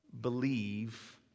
believe